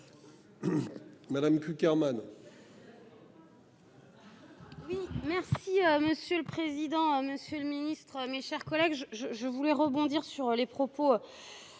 Madame Cukierman.